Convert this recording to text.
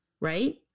Right